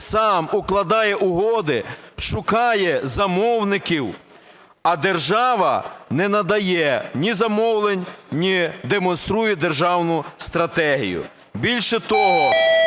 сам укладає угоди, шукає замовників, а держава не надає ні замовлень, не демонструє державну стратегію. Більше того,